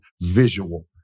visual